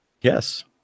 yes